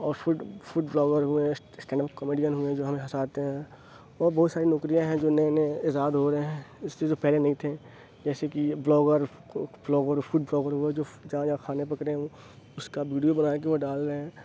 اور food food blogger ہوئے اِس اسٹینڈ اپ کمیڈین ہوئے جو ہمیں ہنساتے ہیں اور بہت ساری نوکریاں ہیں جو نئے نئے ایجاد ہو رہے ہیں اِس سے جو پہلے نہیں تھے جیسے کہ بلاگر بلاگر فوڈ بلاگر ہوئے جو جہاں جہاں کھانے پک رہے ہیں اُس کا ویڈیو بنا کے وہ ڈال رہے ہیں